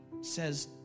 says